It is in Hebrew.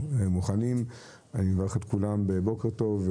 אני מברך את כולם בבוקר טוב,